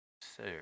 Sir